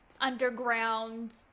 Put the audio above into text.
underground